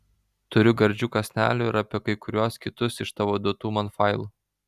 turiu gardžių kąsnelių ir apie kai kuriuos kitus iš tavo duotų man failų